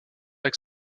avec